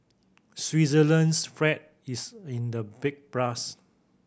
Switzerland's fright is in the big plus